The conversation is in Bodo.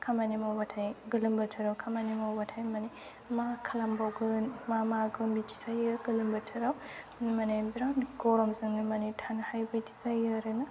खामानि मावब्लाथाय गोलोम बोथोराव खामानि मावब्लाथाय माने मा खालामबावगोन मागोन बिदि जायो गोलोम बोथोराव माने बिराद गरमजोंनो माने थानो हायि बायदि जायो आरो ना